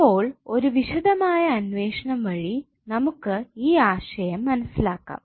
ഇപ്പോൾ ഒരു വിശദമായ അന്വേഷണം വഴി നമുക്ക് ഈ ആശയം മനസ്സിലാക്കാം